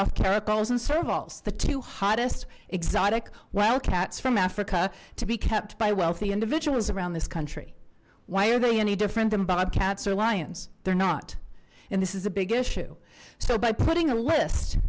all the two hottest exotic wild cats from africa to be kept by wealthy individuals around this country why are they any different than bobcats or lions they're not in this is a big issue so by putting a list